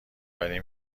وری